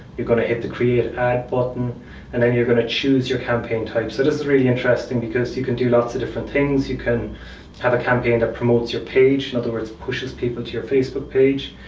you're going to hit the create ad button and then you're going to choose your campaign type. so, this is really interesting because you can do lots of different things. you can have a campaign that promotes your page, in other words, pushes people to your facebook page.